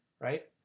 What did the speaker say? right